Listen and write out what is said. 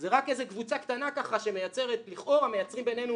זה רק איזו קבוצה קטנה שמייצרת מאבק לכאורה ביננו.